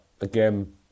again